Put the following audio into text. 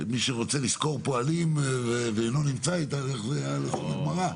שמי שרוצה לשכור פועלים ואינו נמצא איתם איך זה הולך בגמרא?